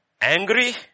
angry